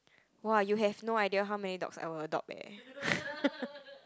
[wah] you have no idea how many dogs I would adopt eh